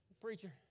Preacher